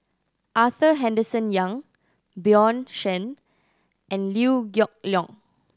Arthur Henderson Young Bjorn Shen and Liew Geok Leong